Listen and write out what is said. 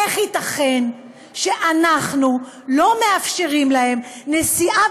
איך ייתכן שאנחנו לא מאפשרים להם נסיעה